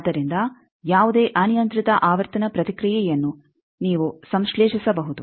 ಆದ್ದರಿಂದ ಯಾವುದೇ ಅನಿಯಂತ್ರಿತ ಆವರ್ತನ ಪ್ರತಿಕ್ರಿಯೆಯನ್ನು ನೀವು ಸಂಶ್ಲೇಷಿಸಬಹುದು